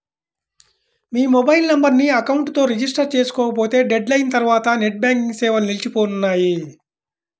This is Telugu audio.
మీ మొబైల్ నెంబర్ను అకౌంట్ తో రిజిస్టర్ చేసుకోకపోతే డెడ్ లైన్ తర్వాత నెట్ బ్యాంకింగ్ సేవలు నిలిచిపోనున్నాయి